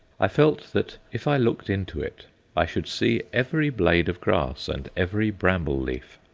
i felt that if i looked into it i should see every blade of grass and every bramble-leaf.